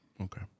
Okay